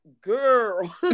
Girl